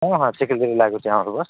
ହଁ ହଁ ଚିକ୍ଲିକି ଲାଗୁଛି ଆମ ବସ୍